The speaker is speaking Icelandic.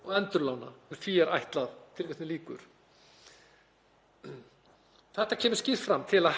Þetta kemur skýrt fram: „Til að hægt sé að framkvæma það sem kemur fram í áðurnefndu frumvarpi er þörf á þessum viðbótarheimildum í 5. gr. vegna lántöku og endurlána